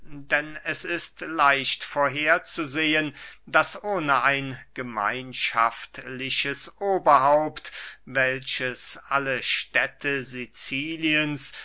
denn es ist leicht vorher zu sehen daß ohne ein gemeinschaftliches oberhaupt welches alle städte siciliens